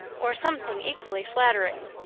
or something equally flattering.